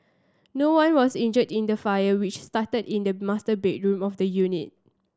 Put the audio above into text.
no one was injured in the fire which started in the master bedroom of the unit